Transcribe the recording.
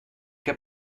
heb